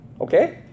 Okay